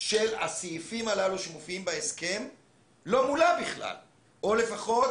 של הסעיפים הללו שמופיעים בהסכם לא מולא בכלל או לפחות,